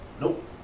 Nope